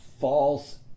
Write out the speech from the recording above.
false